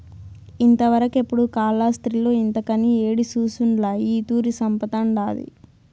ఇంతవరకెపుడూ కాలాస్త్రిలో ఇంతకని యేడి సూసుండ్ల ఈ తూరి సంపతండాది